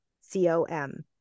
C-O-M